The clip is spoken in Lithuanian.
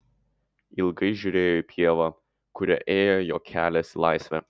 ilgai žiūrėjo į pievą kuria ėjo jo kelias į laisvę